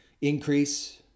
increase